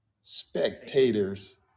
spectator's